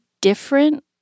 different